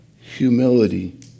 Humility